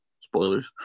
spoilers